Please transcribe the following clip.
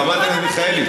חברת הכנסת מיכאלי,